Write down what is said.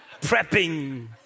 Prepping